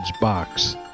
box